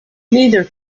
neither